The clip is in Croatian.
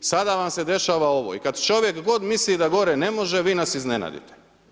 Sada vam se dešava ovo i kad čovjek god misli da gore ne može, vi nas iznenadite.